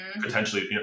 potentially